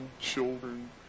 children